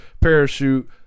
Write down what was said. parachute